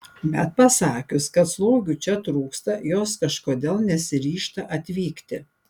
bet pasakius kad slaugių čia trūksta jos kažkodėl nesiryžta atvykti